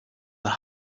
the